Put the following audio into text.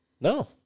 No